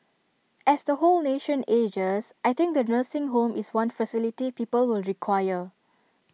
as the whole nation ages I think the nursing home is one facility people will require